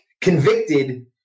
Convicted